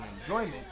enjoyment